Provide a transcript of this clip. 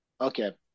Okay